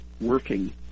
working